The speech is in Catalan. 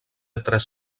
tres